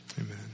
Amen